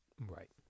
Right